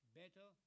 better